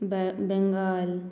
बे बेंगाल